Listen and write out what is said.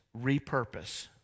repurpose